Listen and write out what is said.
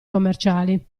commerciali